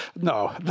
No